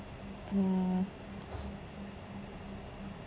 mm